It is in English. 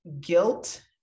guilt